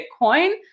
Bitcoin